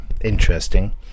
interesting